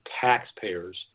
taxpayers